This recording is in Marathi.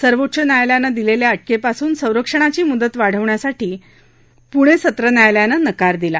सर्वोच्च न्यायालयानं दिलेल्या अटकेपासून संरक्षणाची मुदत वाढवण्यास पूणे सत्र न्यायालयानं नकार दिला